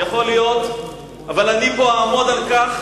יכול להיות, אבל אני אעמוד על כך